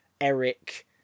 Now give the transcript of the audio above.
Eric